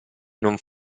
non